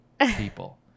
people